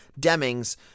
Demings